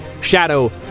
Shadow